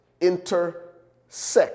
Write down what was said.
intersect